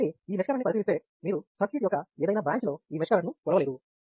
కాబట్టి ఈ mesh current ని పరిశీలిస్తే మీరు సర్క్యూట్ యొక్క ఏదైనా బ్రాంచ్ లో ఈ మెష్ కరెంట్ను కొలవలేరు